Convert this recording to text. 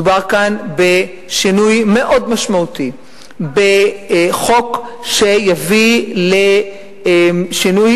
מדובר כאן בשינוי מאוד משמעותי בחוק שיביא לשינוי